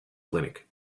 clinic